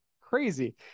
crazy